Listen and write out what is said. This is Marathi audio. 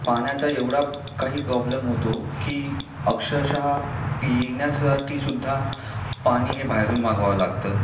पाण्याचा एवढा काही प्रॉब्लेम होतो की अक्षरशः पिण्यासाठी सुद्धा पाणी हे बाहेरून मागवावं लागतं